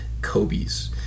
Kobes